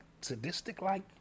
sadistic-like